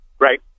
Right